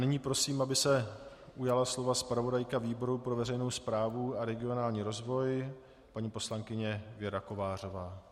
Nyní prosím, aby se ujala slova zpravodajka výboru pro veřejnou správu a regionální rozvoj paní poslankyně Věra Kovářová.